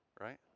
Right